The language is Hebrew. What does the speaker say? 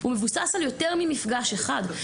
מבוסס על יותר ממפגש אחד.